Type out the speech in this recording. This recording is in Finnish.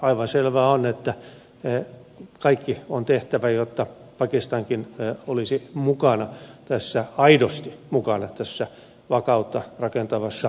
aivan selvää on että kaikki on tehtävä jotta pakistankin olisi aidosti mukana tässä vakautta rakentavassa prosessissa